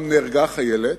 גם נהרגה חיילת,